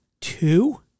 Two